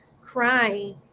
crying